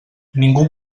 ningú